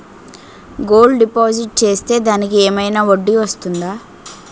Gold deposit చేస్తే దానికి ఏమైనా వడ్డీ వస్తుందా?